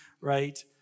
right